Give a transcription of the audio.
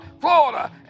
Florida